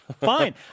Fine